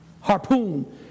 harpoon